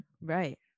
Right